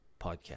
podcast